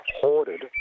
hoarded